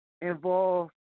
involved